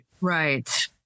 Right